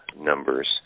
numbers